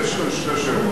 ישראל, יש כאן שתי שאלות.